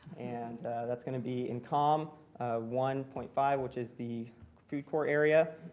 and that's going to be in com one point five, which is the food court area.